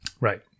right